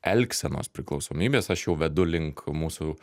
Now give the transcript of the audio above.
elgsenos priklausomybės aš jau vedu link mūsų